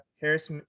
Harris